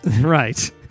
Right